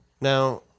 Now